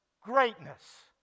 greatness